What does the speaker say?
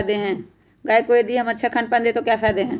गाय को यदि हम अच्छा खानपान दें तो क्या फायदे हैं?